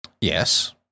Yes